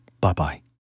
Bye-bye